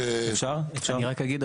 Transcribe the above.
אני רק אגיד,